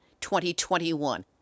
2021